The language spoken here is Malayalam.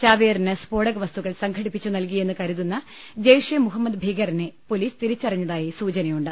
ചാവേറിന് സ്ഫോടക വസ്തുക്കൾ സംഘടിപ്പിച്ചു നൽകിയെന്ന് കരുതുന്ന ജെയ്ഷെ മുഹമ്മദ് ഭീകരനെ പോലീസ് തിരിച്ചറിഞ്ഞതായി സൂചനയുണ്ട്